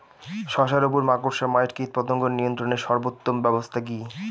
শশার উপর মাকড়সা মাইট কীটপতঙ্গ নিয়ন্ত্রণের সর্বোত্তম ব্যবস্থা কি?